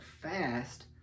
fast